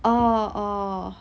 orh orh